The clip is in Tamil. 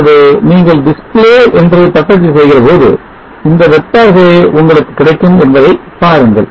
ஆகவே நீங்கள் display டிஸ்பிளே என்று தட்டச்சு செய்கிறபோது இந்த வெக்டார்களே உங்களுக்கு கிடைக்கும் என்பதைப் பாருங்கள்